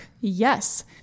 Yes